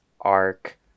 arc